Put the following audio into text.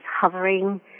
hovering